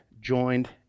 joined